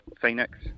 Phoenix